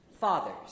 Fathers